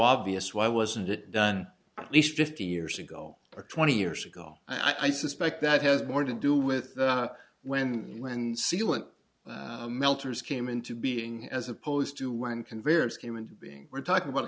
obvious why wasn't it done at least fifty years ago or twenty years ago i suspect that has more to do with when when sealant melters came into being as opposed to when can various came into being we're talking about a